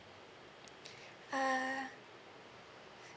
uh